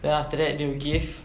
then after that they will give